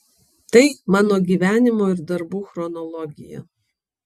tai mano gyvenimo ir darbų chronologija